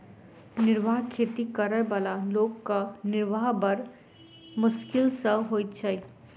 निर्वाह खेती करअ बला लोकक निर्वाह बड़ मोश्किल सॅ होइत छै